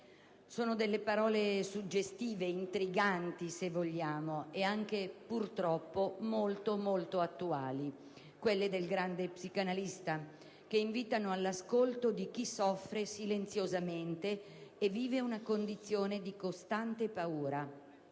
di parole suggestive e intriganti (se vogliamo), ma anche, purtroppo, molto, ma molto attuali. Le parole del grande psicanalista invitano all'ascolto di chi soffre silenziosamente e vive una condizione di costante paura